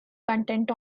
content